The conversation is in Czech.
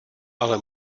ale